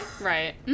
Right